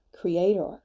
creator